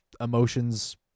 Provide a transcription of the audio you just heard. emotions